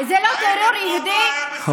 אני מספרת לך על טרור יהודי, אז תקשיב.